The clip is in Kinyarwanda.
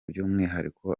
by’umwihariko